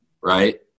right